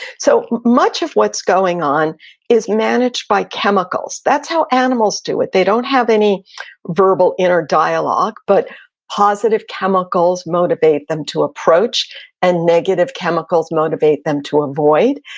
so much of what's going on is managed by chemicals, that's how animals do it. they don't have any verbal inner dialogue, but positive chemicals motivate them to approach and negative chemicals motivate them to avoid,